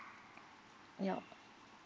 yup